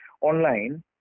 online